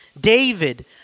David